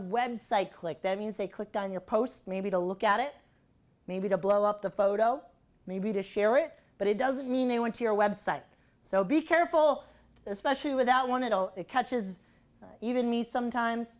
web site click that means they clicked on your post maybe to look at it maybe to blow up the photo maybe to share it but it doesn't mean they went to your website so be careful especially without one at all it catches even me sometimes